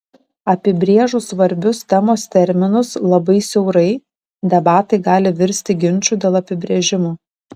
apibrėžus svarbius temos terminus labai siaurai debatai gali virsti ginču dėl apibrėžimų